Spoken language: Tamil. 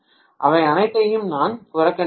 அவை அனைத்தையும் நான் புறக்கணிக்கிறேன்